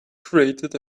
created